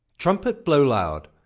trumpet, blow loud,